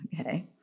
Okay